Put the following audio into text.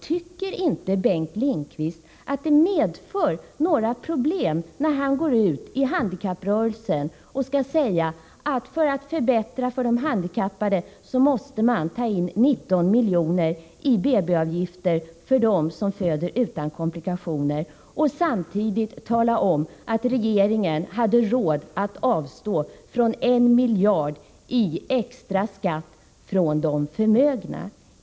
Tycker inte Bengt Lindqvist att det medför några problem när han inom handikapprörelsen går ut och säger, att för att förbättra för de handikappade, måste man ta in 19 milj.kr. i BB-avgifter för dem som föder utan komplikationer — och samtidigt tala om att regeringen hade råd att avstå från 1 miljard i extra skatt från de förmögna?